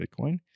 Bitcoin